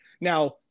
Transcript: Now